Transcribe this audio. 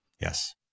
Yes